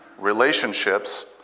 relationships